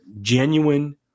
genuine